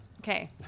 okay